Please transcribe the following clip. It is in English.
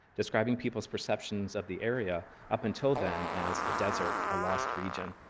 describing people's perceptions of the area up until then as a desert, a lost region.